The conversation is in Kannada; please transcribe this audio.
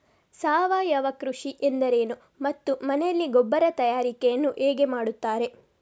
ಸಾವಯವ ಕೃಷಿ ಎಂದರೇನು ಮತ್ತು ಮನೆಯಲ್ಲಿ ಗೊಬ್ಬರ ತಯಾರಿಕೆ ಯನ್ನು ಹೇಗೆ ಮಾಡುತ್ತಾರೆ?